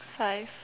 five